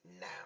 now